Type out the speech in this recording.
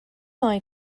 noi